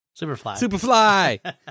Superfly